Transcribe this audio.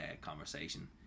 conversation